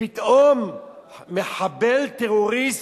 ופתאום מחבל טרוריסט,